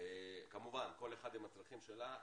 כמובן כל אחת עם הצרכים שלה,